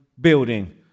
building